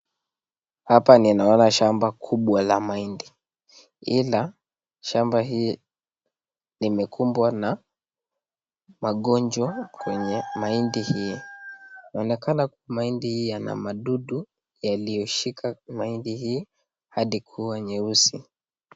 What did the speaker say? Hapa ninaona shamba kubwa la mahindi ila shamba hii limekumbwa na magonjwa kwenye mahindi hii. Inaonekana mahindi hii ina madudu yaliyoshika mahindi hii hadi kuwa nyeusi.